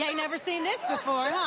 yeah never seen this before, huh?